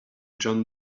john